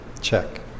check